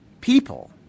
People